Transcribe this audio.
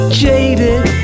jaded